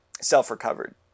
self-recovered